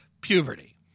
puberty